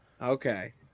Okay